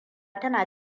tana